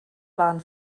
waren